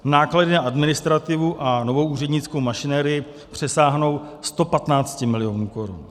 Náklady na administrativu a novou úřednickou mašinérii přesáhnou 115 milionů korun.